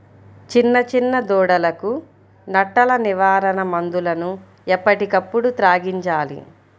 చిన్న చిన్న దూడలకు నట్టల నివారణ మందులను ఎప్పటికప్పుడు త్రాగించాలి